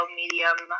medium